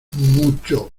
mucho